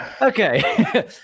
Okay